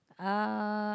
uh